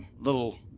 little